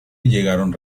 llegaron